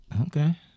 Okay